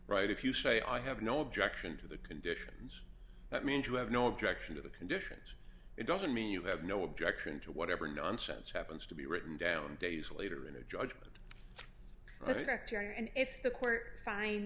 right if you say i have no objection to the conditions that means you have no objection to the conditions it doesn't mean you have no objection to whatever nonsense happens to be written down days later in a judgment i think dr and if the court